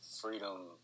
freedom